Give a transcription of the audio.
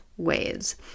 ways